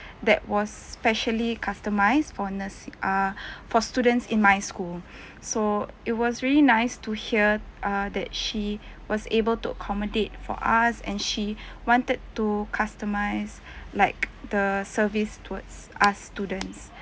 that was specially customised for nursi~ uh for students in my school so it was really nice to hear uh that she was able to accommodate for us and she wanted to customise like the service towards us students